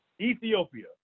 Ethiopia